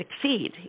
succeed